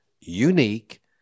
unique